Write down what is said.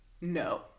no